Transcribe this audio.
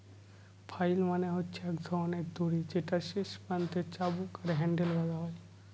flail মানে হচ্ছে এক ধরনের দড়ি যেটার শেষ প্রান্তে চাবুক আর হ্যান্ডেল বাধা থাকে